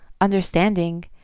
understanding